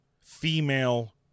female